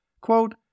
Quote